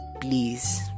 please